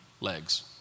legs